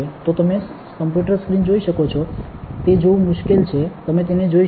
તો તમે computer screen જોઈ શકો છો તે જોવું મુશ્કેલ છે તમે તેને જોઈ શકો